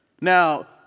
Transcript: Now